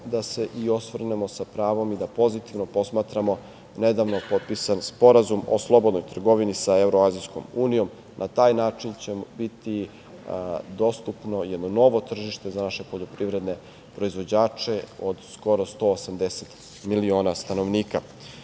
da se i osvrnemo, sa pravom, i da pozitivno posmatramo nedavno potpisan Sporazum o slobodnoj trgovini sa Evroazijskom unijom. Na taj način će nam biti dostupno jedno novo tržište za naše poljoprivredne proizvođače od skoro 180 miliona stanovnika. Možda